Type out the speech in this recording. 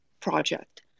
project